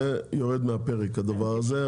זה יורד מהפרק, הדבר הזה.